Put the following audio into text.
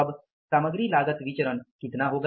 अब सामग्री लागत विचरण कितना होगा